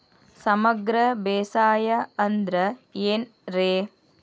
ಸಮಗ್ರ ಬೇಸಾಯ ಅಂದ್ರ ಏನ್ ರೇ?